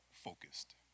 focused